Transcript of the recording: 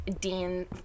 dean